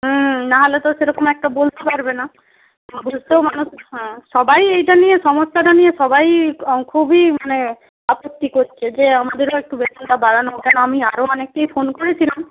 হুম নাহলে তো সেরকম একটা বলতে পারবে না অবশ্য মানুষ হ্যাঁ সবাইই এইটা নিয়ে সমস্যাটা নিয়ে সবাইই খুবই মানে আপত্তি করছে যে আমাদেরও একটু বেতনটা বাড়ানো কেন আমি আরও অনেককেই ফোন করেছিলাম